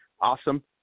awesome